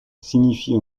signifie